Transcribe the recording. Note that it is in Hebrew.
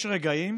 יש רגעים